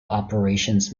operations